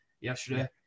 yesterday